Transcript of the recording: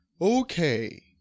Okay